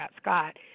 Scott